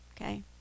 okay